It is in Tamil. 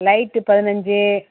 லைட்டு பதினஞ்சு